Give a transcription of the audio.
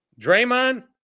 Draymond